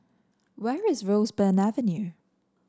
where is Roseburn Avenue